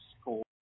score